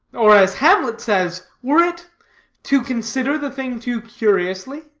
or, as hamlet says, were it to consider the thing too curiously